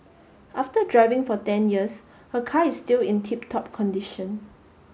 after driving for ten years her car is still in tip top condition